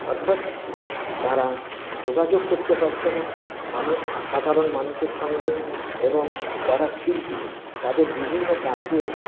অর্থাৎ তারা যোগাযোগ করতে পাচ্ছে না মানু সাধারণ মানুষের সঙ্গে এবং যারা শিল্পী তাদের বিভিন্ন কাজের